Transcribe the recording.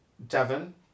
Devon